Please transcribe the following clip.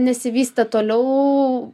nesivystė toliau